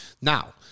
Now